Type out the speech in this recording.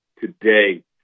today